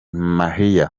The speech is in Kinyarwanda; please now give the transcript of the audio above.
mahia